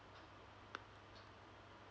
uh